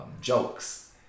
jokes